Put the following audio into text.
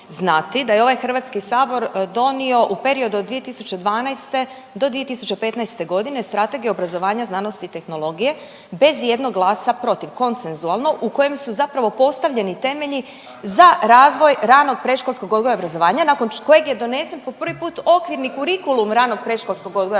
da je ovaj HS donio u periodu 2012.-2015. Strategiju obrazovanja, znanosti i tehnologije bez ijednog glasa protiv, konsensualno u kojem su zapravo postavljeni temelji za razvoj ranog predškolskog odgoja i obrazovanja, nakon kojeg je donesen po prvi put Okvirni kurikulum ranog predškolskog odgoja i obrazovanja